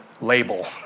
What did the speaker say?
label